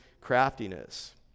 craftiness